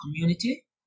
community